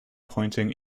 pointing